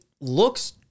looks